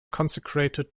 consecrated